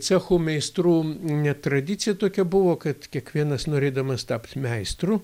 cechų meistrų net tradicija tokia buvo kad kiekvienas norėdamas tapt meistru